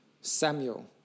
Samuel